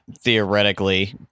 theoretically